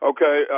Okay